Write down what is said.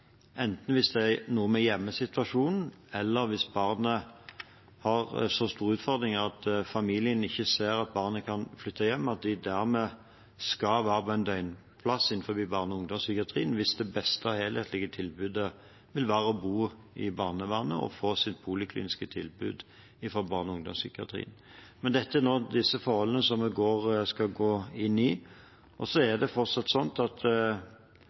noe med hjemmesituasjonen, eller hvis barnet har så store utfordringer at familien ikke ser at barnet kan flytte hjem, skal de dermed være på en døgnplass innen barne- og ungdomspsykiatrien, hvis det beste, helhetlige tilbudet vil være å bo i barnevernet og få sitt polikliniske tilbud fra barne- og ungdomspsykiatrien. Men dette er de forholdene vi nå skal gå inn i. Så er det fortsatt slik at